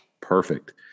Perfect